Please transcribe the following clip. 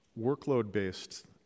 workload-based